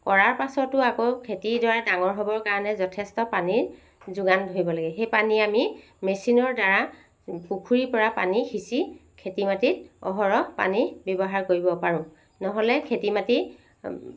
কৰাৰ পাছতো আকৌ খেতিডৰা ডাঙৰ হ'বৰ কাৰণে যথেষ্ট পানীৰ যোগান ধৰিব লাগে সেই পানী আমি মেচিনৰ দ্বাৰা পুখুৰীৰ পৰা পানী সিঁচি খেতি মাটিত অহৰহ পানী ব্যৱহাৰ কৰিব পাৰোঁ নহ'লে খেতি মাটি